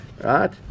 Right